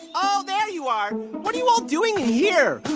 oh, there you are. what are you all doing here.